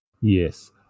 Yes